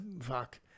Fuck